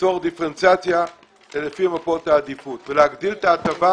ליצור דיפרנציאציה לפי מפות העדיפות ולהגדיל את ההטבה.